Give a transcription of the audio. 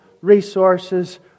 resources